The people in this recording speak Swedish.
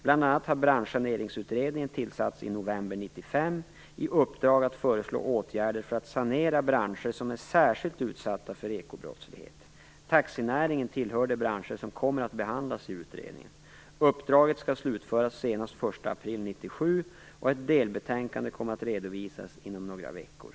Bl.a. 1995, i uppdrag att föreslå åtgärder för att sanera branscher som är särskilt utsatta för ekobrottslighet. Taxinäringen tillhör de branscher som kommer att behandlas av utredningen. Uppdraget skall slutföras senast den 1 april 1997, och ett delbetänkande kommer att redovisas inom några veckor.